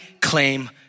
claim